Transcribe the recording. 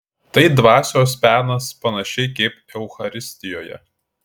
tai dvasios penas panašiai kaip eucharistijoje